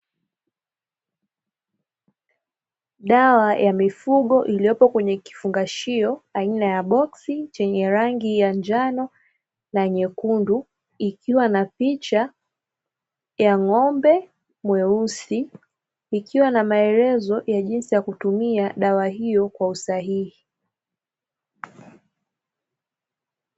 Dawa ya mifugo iliyopo kwenye kifungashio aina ya boksi chenye rangi ya njano na nyekundu, ikiwa na picha ya ng’ombe mweusi, ikiwa na maelezo ya jinsi ya kutumia dawa hiyo kwa usahihi.